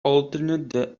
alternate